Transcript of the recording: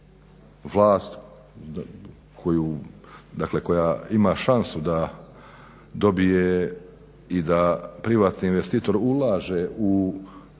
dakle koja ima šansu da dobije i da privatni investitor ulaže u